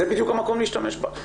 זה בדיוק המקום להשתמש בה.